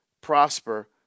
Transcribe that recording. prosper